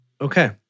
Okay